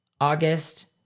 August